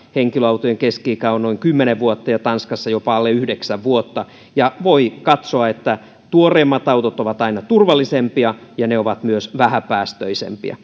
henkilöautojen keski ikä on noin kymmenen vuotta ja tanskassa jopa alle yhdeksän vuotta voi katsoa että tuoreemmat autot ovat aina turvallisempia ja ne ovat myös vähäpäästöisempiä